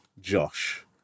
Josh